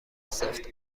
سفت